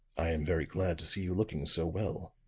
i am very glad to see you looking so well.